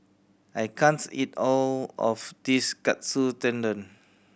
I can't eat all of this Katsu Tendon